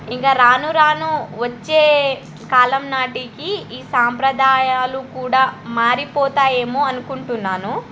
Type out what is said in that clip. ఇంకా రాను రాను వచ్చే కాలం నాటికి ఈ సాంప్రదాయాలు కూడా మారిపోతాయేమో అనుకుంటున్నాను